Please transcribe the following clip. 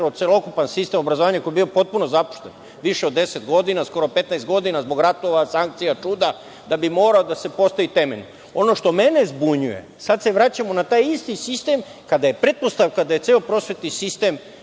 celokupan sistem obrazovanja, a koji je bio potpuno zapušten, više od 10 godina, skoro 15 godina, zbog ratova, sankcija, čuda, da bi morao da se postavi temelj. Ono što mene zbunjuje, sada se vraćamo na taj isti sistem kada je pretpostavka da je ceo prosvetni sistem